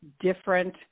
different